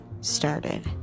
started